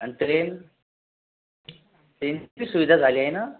आणि ट्रेन ट्रेनची पण सुविधा झाली आहे ना